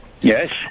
Yes